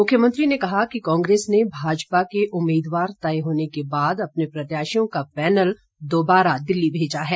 मुख्यमंत्री ने कहा कि कांग्रेस ने भाजपा के उम्मीदवार तय होने के बाद अपने प्रत्याशियों का पैनल दोबारा दिल्ली भेजा है